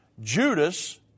Judas